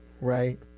right